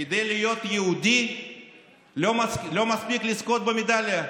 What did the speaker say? כדי להיות יהודי, לא מספיק לזכות במדליה.